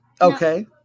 Okay